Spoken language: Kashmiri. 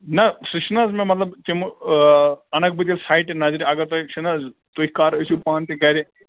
نہ سُہ چھُنہٕ حظ مےٚ مطلب تِم اَنَکھ بہٕ تہِ سایٹہِ نظرِ اگر تۄہہِ چھُ نہ حظ تُہۍ کَر ٲسِو پانہٕ تہِ گرِ